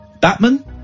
Batman